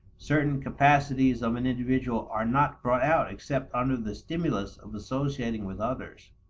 certain capacities of an individual are not brought out except under the stimulus of associating with others.